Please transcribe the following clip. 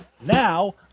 now